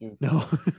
No